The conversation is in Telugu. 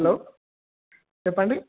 హలో చెప్పండి